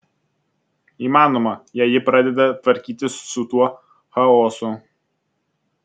įmanoma jei ji pradeda tvarkytis su tuo chaosu